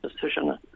decision